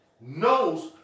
knows